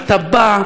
אתה בא,